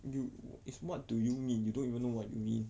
you is what do you mean you don't even know what you mean